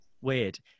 weird